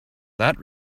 that